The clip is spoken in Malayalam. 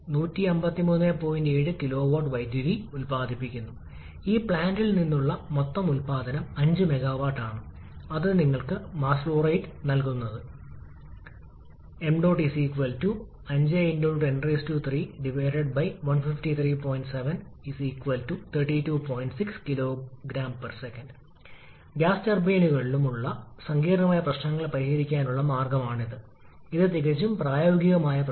നമുക്ക് P1 മർദ്ദത്തിൽ ആരംഭിക്കുന്ന മൂന്ന് ഘട്ടങ്ങളുണ്ടെന്ന് കരുതുക നമുക്ക് ഒരു ഇന്റർമീഡിയറ്റ് Pi1 ഉണ്ട് അത് രണ്ടാം ഘട്ടത്തിൽ അദ്ദേഹം ഇന്റർമീഡിയറ്റ് Pi2 ലേക്ക് പോകുന്നു ഒടുവിൽ P2 ലേക്ക് പോകുന്നു തുടർന്ന് വീണ്ടും എല്ലാ ഘട്ടങ്ങൾക്കും തുല്യമായിരിക്കാനുള്ള അനുപാത അനുപാതം അതിനാൽ സമ്മർദ്ദ അനുപാതം എല്ലാ ഘട്ടങ്ങൾക്കും തുല്യമായിരിക്കണം